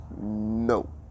no